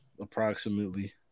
Approximately